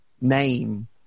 name